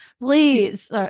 please